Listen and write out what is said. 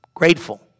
Grateful